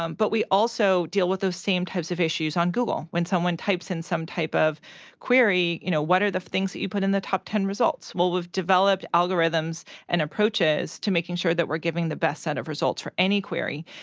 um but we also deal with those same types of issues on google. when someone types in some type of query, you know, what are the things that you put in the top ten results? well, we've developed algorithms and approaches to making sure that we're giving the best set of results for any query.